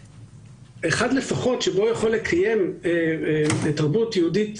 מקום אחד לפחות שבו הוא יכול לקיים תרבות יהודית